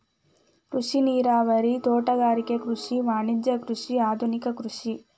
ಕೃಷಿ ನೇರಾವರಿ, ತೋಟಗಾರಿಕೆ ಕೃಷಿ, ವಾಣಿಜ್ಯ ಕೃಷಿ, ಆದುನಿಕ ಕೃಷಿ